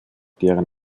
deren